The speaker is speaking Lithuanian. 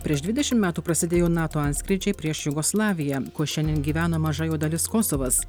prieš dvidešimt metų prasidėjo nato antskrydžiai prieš jugoslaviją kur šiandien gyvena maža jo dalis kosovas